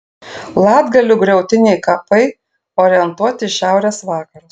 latgalių griautiniai kapai orientuoti į šiaurės vakarus